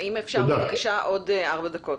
אם אפשר, עוד ארבע דקות.